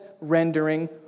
rendering